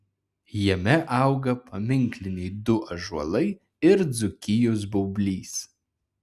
jame auga paminkliniai du ąžuolai ir dzūkijos baublys